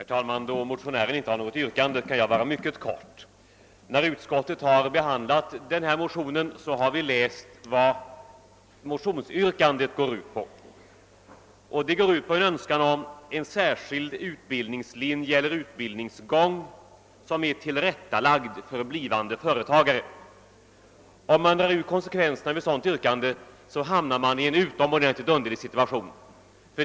Herr talman! Då motionären inte ställde något yrkande kan jag bli mycket kortfattad. När utskottet behandlade denna motion, läste vi vad motionsyrkandet går ut på. Det går ut på en önskan om en särskild utbildningslinje eler utbildningsgång som är tillrättalagd för blivande företagare. Om man drar ut konsekvenserna av ett sådant yrkande, hamnar man i en utomordentligt underlig situation.